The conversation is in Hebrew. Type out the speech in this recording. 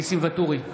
ניסים ואטורי,